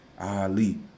Ali